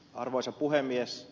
arvoisa puhemies